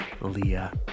Leah